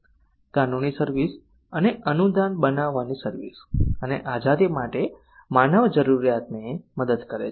કાનૂની સર્વિસ અને અનુદાન બનાવવાની સર્વિસ અને આઝાદી માટે માનવ જરૂરિયાતને મદદ કરે છે